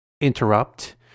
interrupt